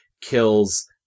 kills